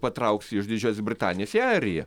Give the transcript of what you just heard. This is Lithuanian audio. patrauks iš didžiosios britanijos į airiją